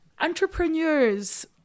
entrepreneurs